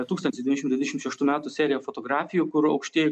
tūkstantis devyni šimtai dvidešim šeštų metų seriją fotografijų kur aukštieji